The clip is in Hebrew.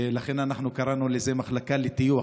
ולכן אנחנו קראנו לזה "מחלקה לטיוח",